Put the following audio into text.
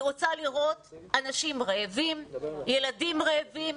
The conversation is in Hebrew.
היא רוצה לראות אנשים רעבים, ילדים רעבים